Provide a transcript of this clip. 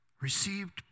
received